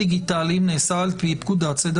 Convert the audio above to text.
דיגיטליים נעשתה על פי פקודת סדר הדין הפלילי.